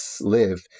live